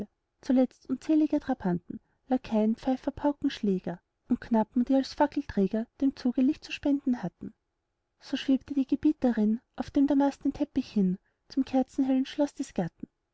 zuletzt unzählige trabanten lakaien pfeifer paukenschläger und knappen die als fackelträger dem zuge licht zu spenden hatten so schwebte die gebieterin auf dem damastnen teppich hin zum kerzenhellen schloß des gatten